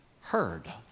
heard